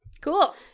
Cool